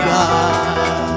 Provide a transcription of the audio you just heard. God